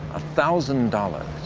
ah thousand dollars